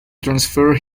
transfer